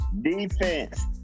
Defense